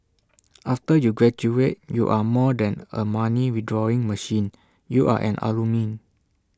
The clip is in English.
after you graduate you are more than A money withdrawing machine you are an alumni